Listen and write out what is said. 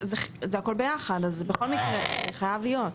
זה הכל ביחד, אז בכל מקרה זה חייב להיות.